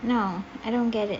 no I don't get it